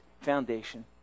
foundation